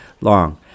long